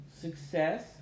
success